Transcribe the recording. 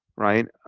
right?